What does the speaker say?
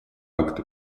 акты